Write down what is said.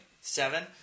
Seven